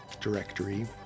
directory